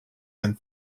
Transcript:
than